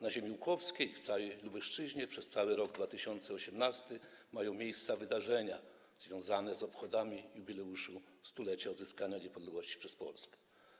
Na ziemi łukowskiej i całej Lubelszczyźnie przez cały rok 2018 mają miejsce wydarzenia związane z obchodami jubileuszu stulecia odzyskania niepodległości przez Polskę.